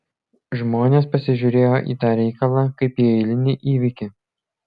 žmonės pasižiūrėjo į tą reikalą kaip į eilinį įvykį